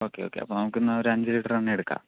okay okay അപ്പോൾ നമുക്കിന്ന് ഒരു അഞ്ച് ലിറ്റർ എണ്ണ എടുക്കാം